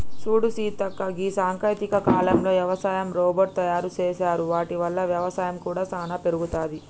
సూడు సీతక్క గీ సాంకేతిక కాలంలో యవసాయ రోబోట్ తయారు సేసారు వాటి వల్ల వ్యవసాయం కూడా సానా పెరుగుతది